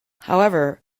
however